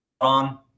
On